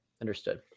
Understood